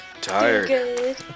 Tired